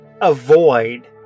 avoid